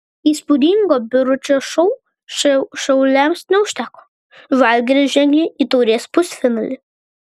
įspūdingo biručio šou šiauliams neužteko žalgiris žengė į taurės pusfinalį